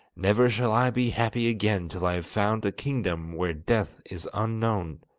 never shall i be happy again till i have found a kingdom where death is unknown.